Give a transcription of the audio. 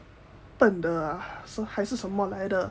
笨的啊还是什么来的